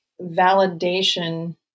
validation